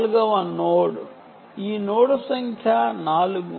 నాల్గవ నోడ్ ఈ నోడ్ సంఖ్య 4